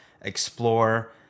Explore